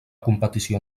competició